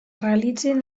realitzin